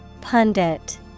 Pundit